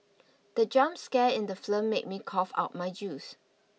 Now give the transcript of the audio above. the jump scare in the film made me cough out my juice